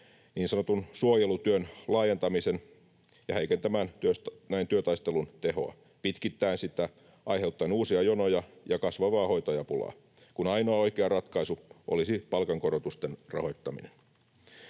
niin sanotun suojelutyön laajentamisen ja heikentämään näin työtaistelun tehoa pitkittäen sitä, aiheuttaen uusia jonoja ja kasvavaa hoitajapulaa, kun ainoa oikea ratkaisu olisi palkankorotusten rahoittaminen.